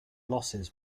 losses